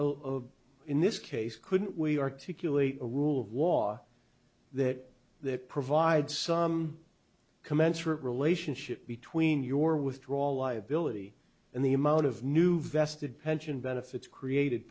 issue in this case couldn't we articulate a rule of law that that provides some commensurate relationship between your withdrawal liability and the amount of new vested pension benefits created